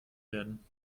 werden